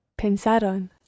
Pensaron